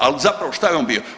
Al zapravo što je on bio?